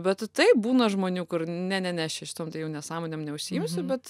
bet taip būna žmonių kur ne ne ne aš čia šitom tai jau nesąmonėm neužsiimsiu bet